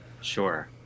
Sure